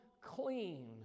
clean